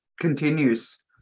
continues